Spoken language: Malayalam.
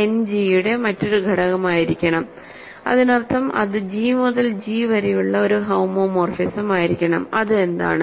എൻഡ് ജി യുടെ മറ്റൊരു ഘടകമായിരിക്കണം അതിനർത്ഥം അത് ജി മുതൽ ജി വരെയുള്ള ഒരു ഹോമോമോർഫിസമായിരിക്കണം അത് എന്താണ്